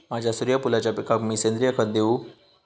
माझ्या सूर्यफुलाच्या पिकाक मी सेंद्रिय खत देवू?